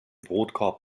brotkorb